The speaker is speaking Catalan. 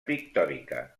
pictòrica